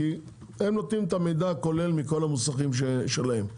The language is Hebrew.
כי הם נותנים את המידע הכולל מכל המוסכים שלהם.